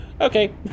okay